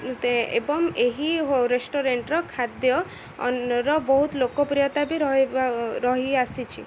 ଏବଂ ଏହି ରେଷ୍ଟୁରାଣ୍ଟର ଖାଦ୍ୟର ବହୁତ ଲୋକପ୍ରିୟତା ବି ରହିବା ରହି ଆସିଛି